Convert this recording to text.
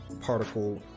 particle